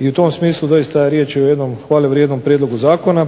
i u tom smislu doista je riječ o jednom hvalevrijednom prijedlogu zakona